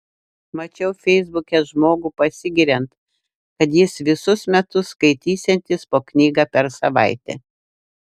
mačiau feisbuke žmogų pasigiriant kad jis visus metus skaitysiantis po knygą per savaitę